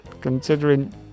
Considering